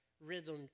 rhythm